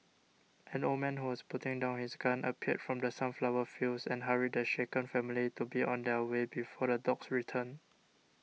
an old man who was putting down his gun appeared from the sunflower fields and hurried the shaken family to be on their way before the dogs return